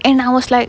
and I was like